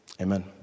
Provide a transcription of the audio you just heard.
Amen